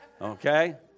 Okay